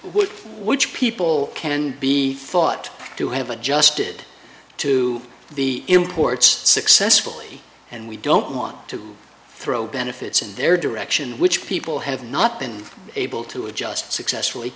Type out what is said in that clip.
wood which people can be thought to have adjusted to the imports successfully and we don't want to throw benefits in their direction which people have not been able to adjust successfully